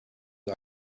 lang